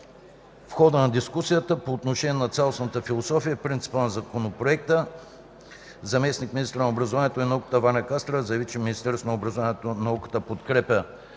В хода на дискусията по отношение на цялостната философия и принципи на Законопроекта: - заместник-министърът на образованието и науката Ваня Кастрева заяви, че Министерството на образованието и науката подкрепя